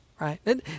right